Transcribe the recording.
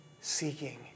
seeking